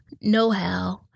know-how